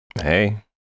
Hey